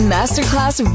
Masterclass